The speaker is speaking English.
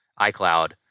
iCloud